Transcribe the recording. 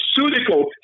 pharmaceutical